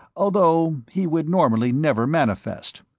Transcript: although he would normally never manifest.